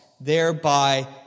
thereby